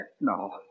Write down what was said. No